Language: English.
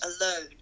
alone